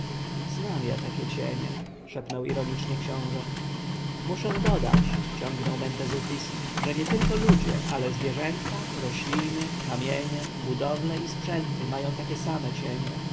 ja takie cienie szepnął ironicznie książę muszę dodać ciągnął mentezufis że nietylko ludzie ale zwierzęta rośliny kamienie budowle i sprzęty mają takie same cienie